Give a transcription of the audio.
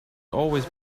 always